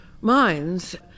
minds